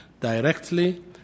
directly